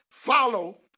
Follow